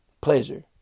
pleasure